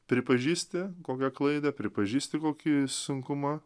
pripažįsti kokią klaidą pripažįsti kokį sunkumą